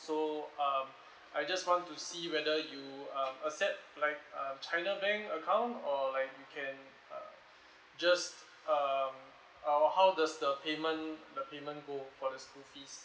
so um I just want to see whether you um accept like um china bank account or like you can uh just um uh how does the payment the payment go for the school fees